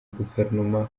guverinoma